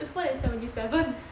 that's more than seventy seven